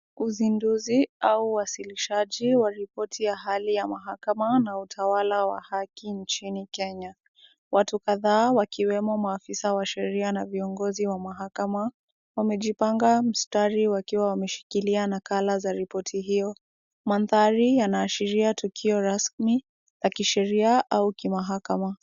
Uzinduzi au uwasilisaji wa ripoti ya hali ya mahakama na utawala wa haki nchini Kenya. Watu kadhaa wakiwemo maafisa wa sheria na viongozi wa mahakama wamejipanga mstari wakiwa wameshikilia nakala za ripoti hiyo. Mandhari yanaashiria tukio rasmi la kisheria au kimahakama.